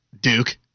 Duke